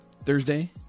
Thursday